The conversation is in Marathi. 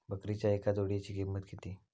बकरीच्या एका जोडयेची किंमत किती?